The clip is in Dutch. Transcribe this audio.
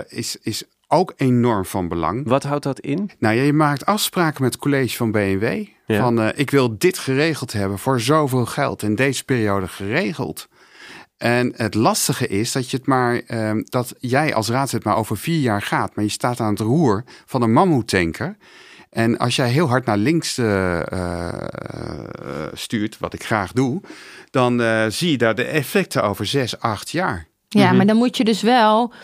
is- is ook enorm van belang. Wat houdt dat in? Nou, je maakt afspraken met het college van B&W. Ja. Van, eh, ik wil dit geregeld hebben voor zoveel geld in deze periode geregeld. En het lastige is dat je het maar, ehm, dat jij als raadslid maar over vier jaar gaat, maar je staat aan het roer van een mammoettanker. En als jij heel hard naar links, eh, eh, eh, stuurt, wat ik graag doe, dan, eh, zie je daar de effecten over zes, acht jaar. Ja, Mhm. maar dan moet je dus wel